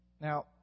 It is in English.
Now